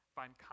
find